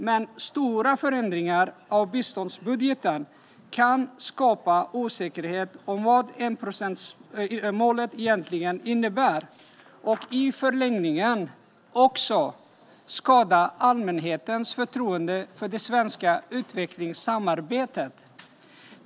Men stora förändringar av biståndsbudgeten kan skapa osäkerhet om vad enprocentsmålet egentligen innebär och i förlängningen också skada allmänhetens förtroende för det svenska utvecklingssamarbetet.